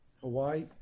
Hawaii